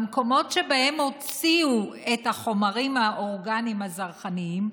במקומות שבהם הוציאו את החומרים האורגניים הזרחניים,